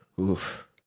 Oof